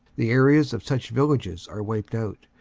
the areas of such villages are wiped out.